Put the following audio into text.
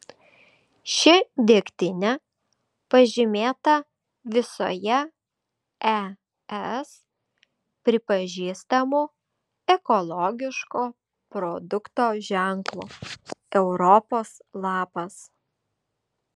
ši degtinė pažymėta visoje es pripažįstamu ekologiško produkto ženklu europos lapas